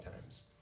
times